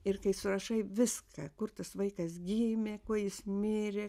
ir kai surašai viską kur tas vaikas gimė kuo jis mirė